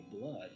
blood